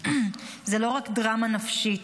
זו לא רק דרמה נפשית,